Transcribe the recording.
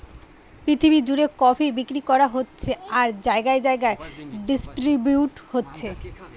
পৃথিবী জুড়ে কফি বিক্রি করা হচ্ছে আর জাগায় জাগায় ডিস্ট্রিবিউট হচ্ছে